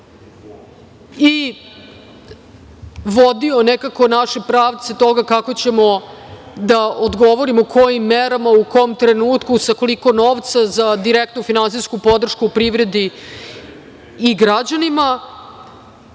i vodio nekako naše pravce toga kako ćemo da odgovorimo, kojim merama, u kom trenutku, sa koliko novca za direktnu finansijsku podršku privredi i građanima. Mi